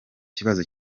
kibazo